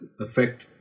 affect